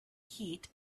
heat